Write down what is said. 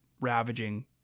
ravaging